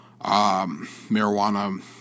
marijuana